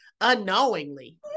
unknowingly